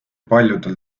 paljudel